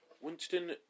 Winston